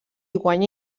guanya